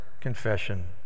confession